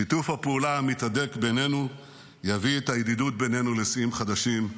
שיתוף הפעולה המתהדק בינינו יביא את הידידות בינינו לשיאים חדשים.